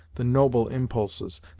the noble impulses,